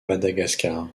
madagascar